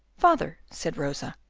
father, said rosa,